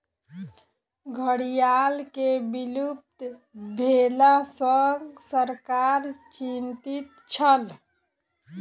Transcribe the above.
घड़ियाल के विलुप्त भेला सॅ सरकार चिंतित छल